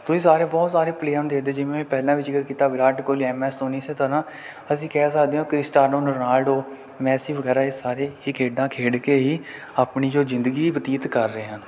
ਤੁਸੀਂ ਸਾਰੇ ਬਹੁਤ ਸਾਰੇ ਪਲੇਅਰਾਂ ਨੂੰ ਦੇਖਦੇ ਜਿਵੇਂ ਪਹਿਲਾਂ ਵੀ ਜ਼ਿਕਰ ਕੀਤਾ ਵਿਰਾਟ ਕੋਹਲੀ ਐਮ ਐਸ ਧੋਨੀ ਇਸ ਤਰ੍ਹਾਂ ਅਸੀਂ ਕਹਿ ਸਕਦੇ ਹਾਂ ਕ੍ਰਿਸਟਾਨੋ ਰੋਨਾਲਡੋ ਮੈਸੀ ਵਗੈਰਾ ਇਹ ਸਾਰੇ ਹੀ ਖੇਡਾਂ ਖੇਡ ਕੇ ਹੀ ਆਪਣੀ ਜੋ ਜ਼ਿੰਦਗੀ ਬਤੀਤ ਕਰ ਰਹੇ ਹਨ